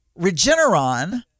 Regeneron